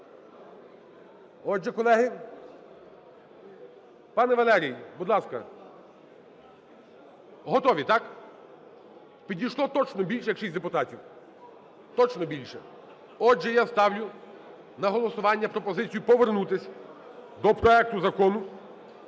Отже, колеги… Пане Валерій, будь ласка. Готові, так? Підійшло точно більше як шість депутатів. Точно, більше. Отже, я ставлю на голосування пропозицію повернутися до проекту Закону